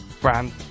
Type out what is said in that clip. brand